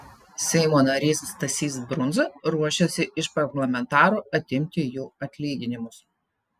seimo narys stasys brundza ruošiasi iš parlamentarų atimti jų atlyginimus